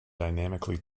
dynamically